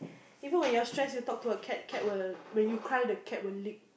even when you are stressed you talk to a cat cat will when you cry the cat will lick